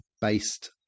based